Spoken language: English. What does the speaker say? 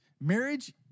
Marriage